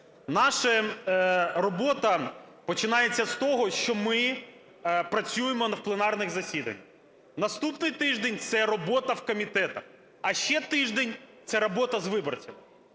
Наша робота починається з того, що ми працюємо на пленарних засіданнях. Наступний тиждень – це робота в комітетах, а ще тиждень – це робота з виборцями.